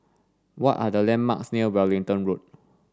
what are the landmarks near Wellington Road